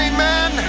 Amen